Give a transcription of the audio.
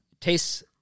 Tastes